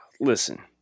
Listen